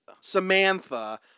Samantha